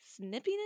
snippiness